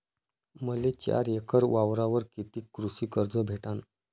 मले चार एकर वावरावर कितीक कृषी कर्ज भेटन?